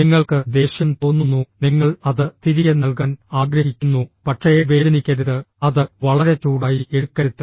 നിങ്ങൾക്ക് ദേഷ്യം തോന്നുന്നു നിങ്ങൾ അത് തിരികെ നൽകാൻ ആഗ്രഹിക്കുന്നു പക്ഷേ വേദനിക്കരുത് അത് വളരെ ചൂടായി എടുക്കരുത്